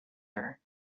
her